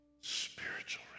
spiritual